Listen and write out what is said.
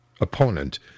opponent